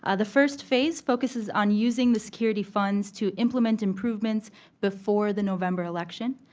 ah the first phase focusing on using the security funds to implement improvements before the november election.